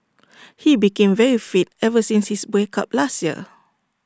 he became very fit ever since his break up last year